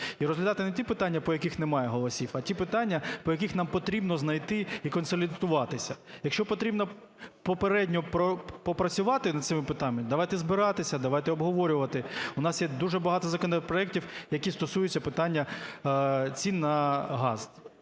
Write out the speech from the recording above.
і розглядати не ті питання, по яких немає голосів, а ті питання, по яких нам потрібно знайти…і консолідуватися. Якщо потрібно попередньо попрацювати над цими питаннями, давайте збиратися, давайте обговорювати, у нас є дуже багато законопроектів, які стосуються питання цін на газ,